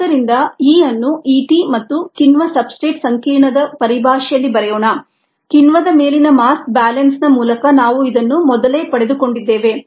ಆದ್ದರಿಂದE ಅನ್ನು E t ಮತ್ತು ಕಿಣ್ವ ಸಬ್ಸ್ಟ್ರೇಟ್ ಸಂಕೀರ್ಣದ ಪರಿಭಾಷೆಯಲ್ಲಿ ಬರೆಯೋಣ ಕಿಣ್ವದ ಮೇಲಿನ ಮಾಸ್ ಬ್ಯಾಲೆನ್ಸ್ನ ಮೂಲಕ ನಾವು ಇದನ್ನು ಮೊದಲೇ ಪಡೆದುಕೊಂಡಿದ್ದೇವೆ